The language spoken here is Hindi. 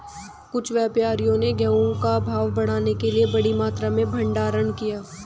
कुछ व्यापारियों ने गेहूं का भाव बढ़ाने के लिए बड़ी मात्रा में भंडारण किया